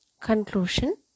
Conclusion